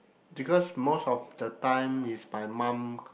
because most of the time is my mum